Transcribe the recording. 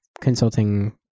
consulting